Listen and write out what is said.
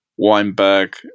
Weinberg